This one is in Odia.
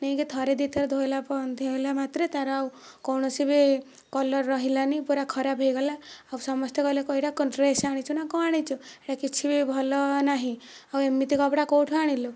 ନେଇକି ଥରେ ଦୁଇ ଥର ଧୋଇଲା ଧୋଇଲା ମାତ୍ରେ ତା'ର ଆଉ କୌଣସି ବି କଲର ରହିଲାନାହିଁ ପୁରା ଖରାପ ହୋଇଗଲା ଆଉ ସମସ୍ତେ କହିଲେ ଏଇଟା କଣ ଡ୍ରେସ ଆଣିଛୁ ନା କ'ଣ ଆଣିଛୁ ଏଇଟା କିଛି ବି ଭଲ ନାହିଁ ଆଉ ଏମିତି କପଡ଼ା କେଉଁଠାରୁ ଆଣିଲୁ